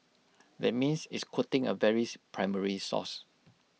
that means it's quoting A very primary source